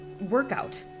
workout